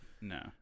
No